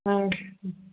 ஆ ம்